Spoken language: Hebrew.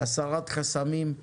הסרת חסמים,